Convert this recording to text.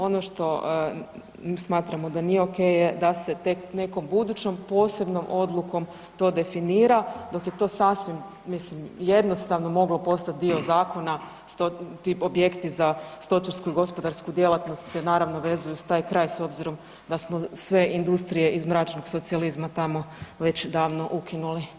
Ono što smatramo da nije ok jer da se tek nekom budućom posebnom odlukom to definira dok je to sasvim, mislim, jednostavno moglo postat dio zakona, uz to, ti objekti za stočarsku, gospodarsku djelatnost se naravno vezuju uz taj kraj s obzirom da smo sve industrije iz mračnog socijalizma tamo već davno ukinuli.